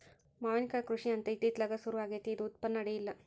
ಮಾವಿನಕಾಯಿ ಕೃಷಿ ಅಂತ ಇತ್ತಿತ್ತಲಾಗ ಸುರು ಆಗೆತ್ತಿ ಇದು ಉತ್ಪನ್ನ ಅಡಿಯಿಲ್ಲ